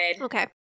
Okay